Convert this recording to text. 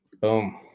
Boom